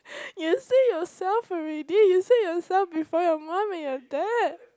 you say yourself already you say yourself before your mum and your dad